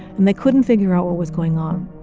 and they couldn't figure out what was going on,